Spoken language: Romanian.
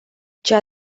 cea